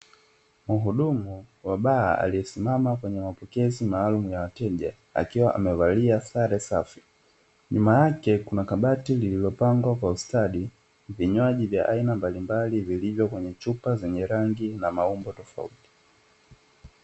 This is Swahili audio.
Muhudumu wa baa aliyesimama kwenye mapokezi maalumu ya wateja akiwa amevalia sare safi, nyuma yake kuna kabati lililopangwa kwa ustadi vinywaji vya aina mbalimbali vilivyo kwenye chupa zenye rangi na maumbo tofauti.